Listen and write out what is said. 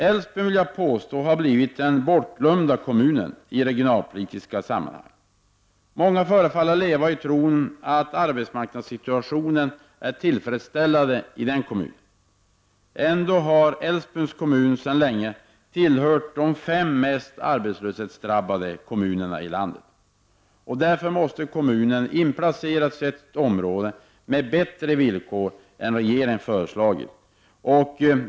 Älvsbyn har, vill jag påstå, blivit den bortglömda kommunen i regionalpolitiskt sammanhang. Många förefaller leva i tron att arbetsmarknadssituationen är tillfredsställande i kommunen. Ändå har Älvsbyns kommun sedan länge tillhört de fem mest arbetslöshetsdrabbade kommunerna i landet. Därför måste kommunen inplaceras i ett område med bättre villkor än regeringen har föreslagit.